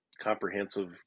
Comprehensive